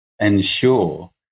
ensure